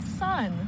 son